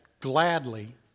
gladly